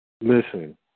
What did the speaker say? Listen